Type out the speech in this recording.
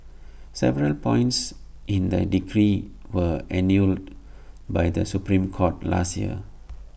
several points in the decree were annulled by the Supreme court last year